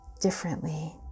differently